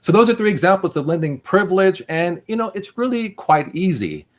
so those are three examples of lending privilege. and you know it's really quite easy.